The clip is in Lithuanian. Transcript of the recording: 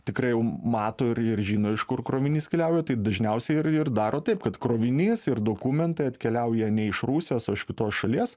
tikrai jau mato ir ir žino iš kur krovinys keliauja tai dažniausiai ir ir daro taip kad krovinys ir dokumentai atkeliauja ne iš rusijos o iš kitos šalies